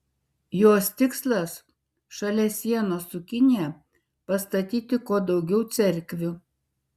jos tikslas šalia sienos su kinija pastatyti kuo daugiau cerkvių